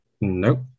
Nope